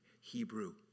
Hebrew